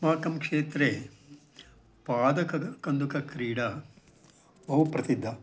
अस्माकं क्षेत्रे पादकन्दुकं कन्दुकक्रीडा बहुप्रसिद्धः